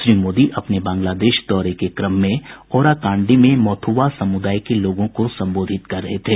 श्री मोदी अपने बांग्लादेश दौरे के क्रम में ओराकांडी में मौथुवा समुदाय के लोगों को संबोधित कर रहे थे